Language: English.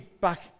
back